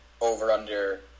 over-under